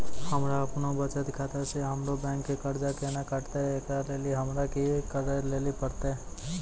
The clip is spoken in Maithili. हमरा आपनौ बचत खाता से हमरौ बैंक के कर्जा केना कटतै ऐकरा लेली हमरा कि करै लेली परतै?